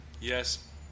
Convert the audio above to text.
Yes